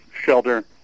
shelter